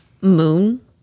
moon